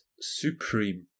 supreme